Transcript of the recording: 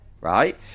right